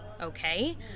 okay